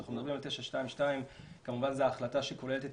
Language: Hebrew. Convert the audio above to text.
כשאנחנו מדברים על 922, כמובן זו ההחלטה שכוללת את